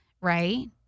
Right